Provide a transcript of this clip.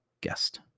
guest